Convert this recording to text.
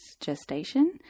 gestation